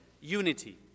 unity